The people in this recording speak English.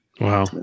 Wow